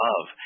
love